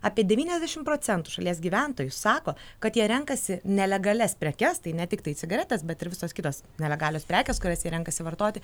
apie devyniasdešim procentų šalies gyventojų sako kad jie renkasi nelegalias prekes tai ne tiktai cigaretes bet ir visos kitos nelegalios prekės kurias jie renkasi vartoti